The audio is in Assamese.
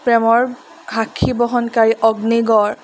প্ৰেমৰ সাক্ষী বহনকাৰী অগ্নিগড়